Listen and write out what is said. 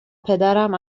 پدرم